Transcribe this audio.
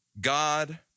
God